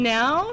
now